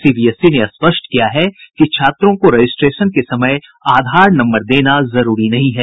CBSE ने स्पष्ट किया है कि छात्रों को रजिस्ट्रेशन के समय आधार नंबर देना जरूरी नहीं है